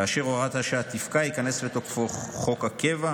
כאשר הוראת השעה תפקע, ייכנס לתוקפו חוק הקבע,